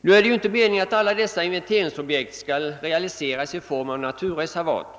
Nu är det ju inte meningen att alla dessa inventeringsobjekt skall realiseras i form av naturreservat.